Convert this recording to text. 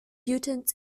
mutants